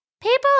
People